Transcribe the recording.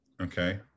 Okay